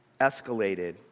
escalated